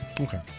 Okay